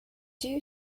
due